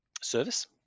service